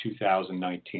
2019